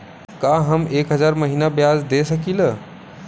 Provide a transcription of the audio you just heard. का हम एक हज़ार महीना ब्याज दे सकील?